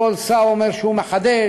כל שר אומר שהוא מחדש,